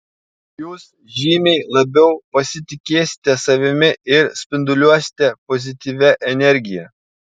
jūs žymiai labiau pasitikėsite savimi ir spinduliuosite pozityvia energija